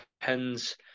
depends